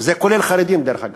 וזה כולל חרדים, דרך אגב.